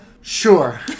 sure